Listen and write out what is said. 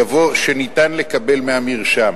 יבוא: "שניתן לקבל מהמרשם",